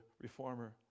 reformer